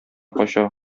кача